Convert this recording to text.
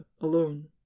alone